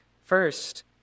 First